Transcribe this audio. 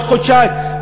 עוד חודשיים,